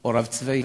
או רב צבאי?